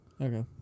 Okay